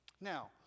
Now